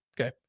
okay